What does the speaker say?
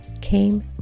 came